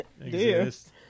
Exist